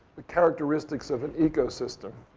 characteristics of an ecosystem,